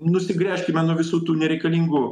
nusigręžkime nuo visų tų nereikalingų